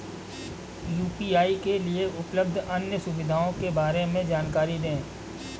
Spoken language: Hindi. यू.पी.आई के लिए उपलब्ध अन्य सुविधाओं के बारे में जानकारी दें?